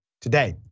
today